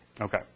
Okay